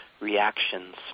reactions